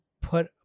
put